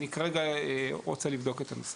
אני כרגע רוצה לבדוק את הנושא.